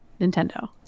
Nintendo